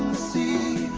see